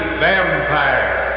vampire